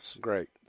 great